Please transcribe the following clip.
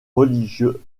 religieux